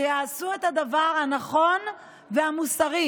שיעשו את הדבר הנכון והמוסרי.